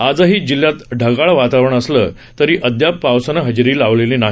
आजही जिल्ह्यात ढगाळ वातावरण असलं तरी अद्याप पावसानं हजेरी लावलेली नाही